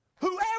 Whoever